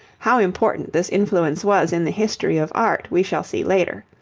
how important this influence was in the history of art we shall see later.